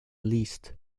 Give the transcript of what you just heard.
liszt